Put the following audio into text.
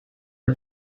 are